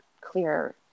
clear